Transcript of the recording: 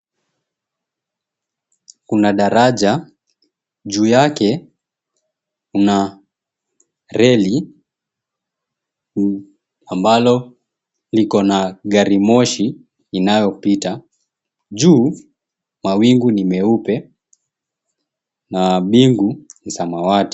Kuna daraja juu yake kuna reli ambalo liko na garimoshi inayopita. Juu mawingu ni meupe na mbingu ni samawati.